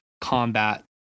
combat